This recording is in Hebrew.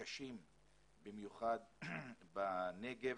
קשים במיוחד בנגב,